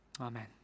Amen